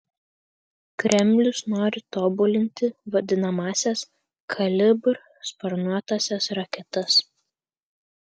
kremlius nori tobulinti vadinamąsias kalibr sparnuotąsias raketas